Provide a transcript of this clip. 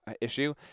issue